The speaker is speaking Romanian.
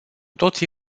toții